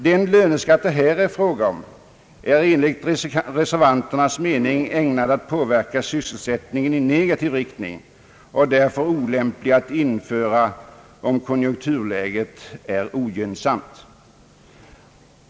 Den löneskatt som det här är fråga om är enligt reservanternas mening ägnad att påverka sysselsättningen i negativ riktning och därför olämplig att införa om konjunkturläget är ogynnsamt.